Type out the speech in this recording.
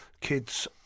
Kids